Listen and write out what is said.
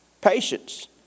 Patience